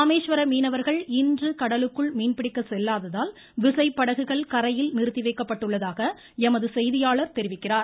ராமேஸ்வர மீனவர்கள் இன்று கடலுக்குள் மீன் பிடிக்க செல்லாததால் விசைப்படகுகள் கரையில் நிறுத்தி வைக்கப்பட்டுள்ளதாக எமது செய்தியாளர் தெரிவிக்கிறார்